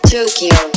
Tokyo